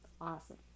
awesome